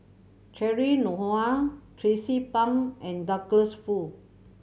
Cheryl Noronha Tracie Pang and Douglas Foo